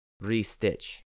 re-stitch